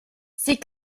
sie